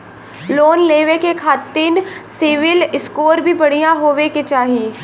Loan लेवे के खातिन सिविल स्कोर भी बढ़िया होवें के चाही?